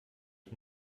ich